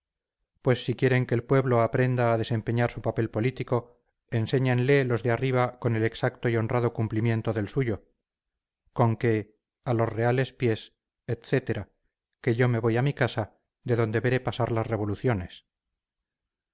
pues si quieren que el pueblo aprenda a desempeñar su papel político enséñenle los de arriba con el exacto y honrado cumplimiento del suyo con que a los reales pies etcétera que yo me voy a mi casa de donde veré pasar las revoluciones